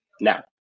now